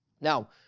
Now